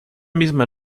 misma